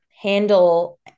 handle